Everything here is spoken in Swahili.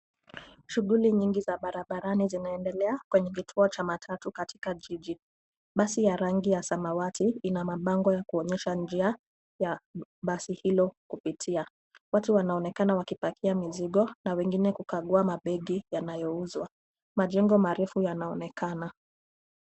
Shughuli nyingi za barabarni zinaendelea kwenye kituo cha matatu katika jiji. Basi ya rangi samawati ina mabango ya kuonyesha njia ya basi hilo kupitia. Watu wanaonekana wakipakia mizigo na wengine kukagua mabegi yanayouzwa. Majengo marefu yanaonekana.